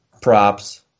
props